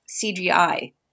CGI